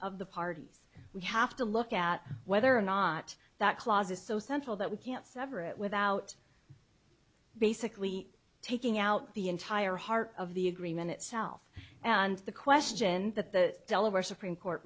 of the parties we have to look at whether or not that clause is so simple that we can't sever it without basically taking out the entire heart of the agreement itself and the question that the delaware supreme court